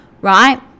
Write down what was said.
right